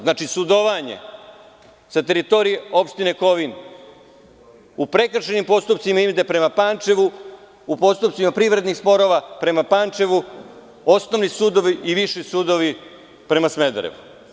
Znači, sudovanje sa teritorije opštine Kovin u prekršajnim postupcima ići će prema Pančevu, u postupcima privrednih sporova prema Pančevu, osnovni sudovi i viši sudovi prema Smederevu.